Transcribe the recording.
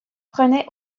prenaient